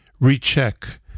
recheck